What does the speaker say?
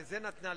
לזה נתנה,